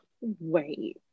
Wait